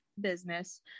business